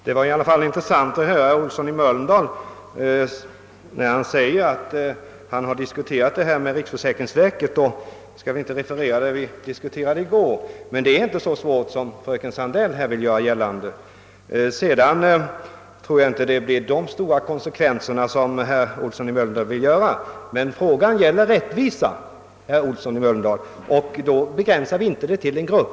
Herr talman! Det var intressant att höra herr Olsson i Mölndal säga att han har diskuterat denna sak med riksförsäkringsverket. Vi skall inte referera vad vi diskuterade i går, men det är inte så svårt som fröken Sandell här vill göra gällande. Sedan tror jag inte att det blir så stora konsekvenser som herr Olsson i Mölndal säger att det blir. Men frågan gäller rättvisa, herr Olsson i Mölndal, och då begränsar vi det inte till en grupp.